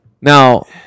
Now